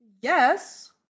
yes